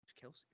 Kelsey